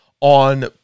on